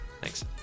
thanks